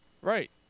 Right